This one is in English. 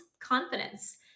confidence